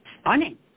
stunning